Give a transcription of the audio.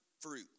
fruit